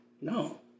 No